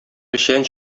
печән